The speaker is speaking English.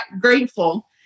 grateful